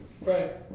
right